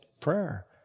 prayer